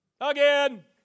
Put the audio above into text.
Again